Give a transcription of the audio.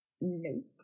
Nope